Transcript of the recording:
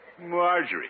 Marjorie